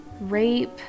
rape